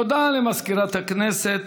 תודה למזכירת הכנסת.